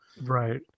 Right